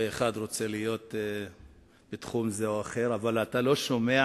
ואחד רוצה להיות בתחום זה או אחר, אבל אתה לא שומע